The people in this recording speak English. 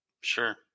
Sure